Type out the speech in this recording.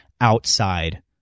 outside